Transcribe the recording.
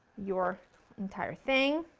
your entire thing.